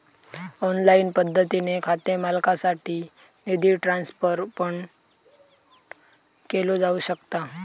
online पद्धतीने खाते मालकासाठी निधी ट्रान्सफर पण केलो जाऊ शकता